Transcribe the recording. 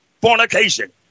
fornication